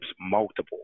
multiple